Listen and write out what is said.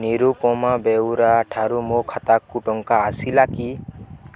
ନିରୁପମା ବେଉରା ଠାରୁ ମୋ ଖାତାକୁ ଟଙ୍କା ଆସିଲା କି